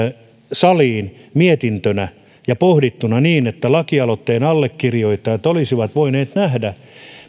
saliin mietintönä ja pohdittuna niin että lakialoitteen allekirjoittajat olisivat voineet nähdä